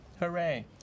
Hooray